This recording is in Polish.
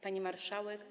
Pani Marszałek!